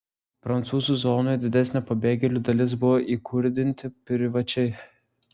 prancūzų zonoje didesnė pabėgėlių dalis buvo įkurdinti privačiai